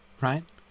right